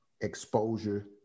exposure